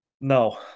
no